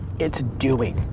it's doing.